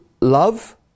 Love